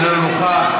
איננו נוכח,